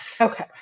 Okay